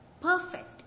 perfect